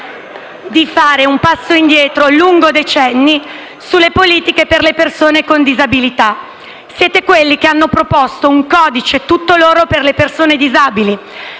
grazie.